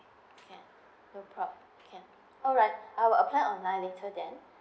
can no problem can alright I will apply online later then